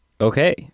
okay